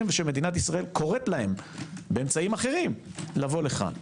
ושמדינת ישראל קוראת להם באמצעים אחרים לבוא לכאן.